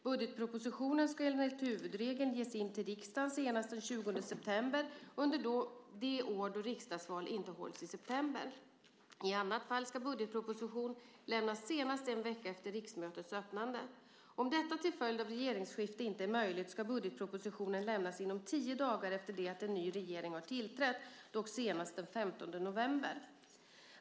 Budgetpropositionen ska enligt huvudregeln ges in till riksdagen senast den 20 september under de år då riksdagsval inte hålls i september. I annat fall ska budgetproposition lämnas senast en vecka efter riksmötets öppnande. Om detta till följd av regeringsskifte inte är möjligt, ska budgetpropositionen lämnas inom tio dagar efter det att en ny regering har tillträtt, dock senast den 15 november.